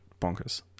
Bonkers